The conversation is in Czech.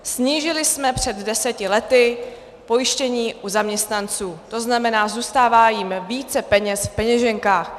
Snížili jsme před deseti lety pojištění u zaměstnanců, to znamená, že jim zůstává více peněz v peněženkách.